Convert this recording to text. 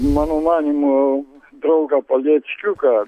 mano manymu draugą palėckiuką